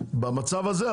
במצב הזה,